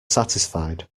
satisfied